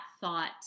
thought